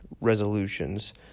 resolutions